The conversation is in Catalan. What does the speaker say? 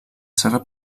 serra